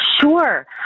Sure